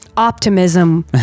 optimism